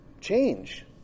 change